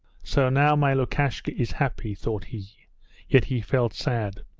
so now my lukashka is happy thought he yet he felt sad.